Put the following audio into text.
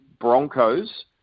Broncos